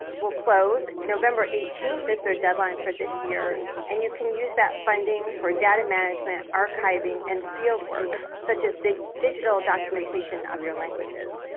will close november eighteenth is their deadline for this year and you can use that funding for data management, archiving, and fieldwork, such as the digital documentation of your languages.